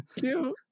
cute